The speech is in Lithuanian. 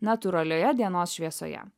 natūralioje dienos šviesoje